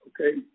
Okay